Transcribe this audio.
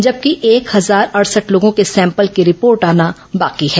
जबकि एक हजार अड़सठ लोगों के सैंपल की रिपोर्ट आना बाकी है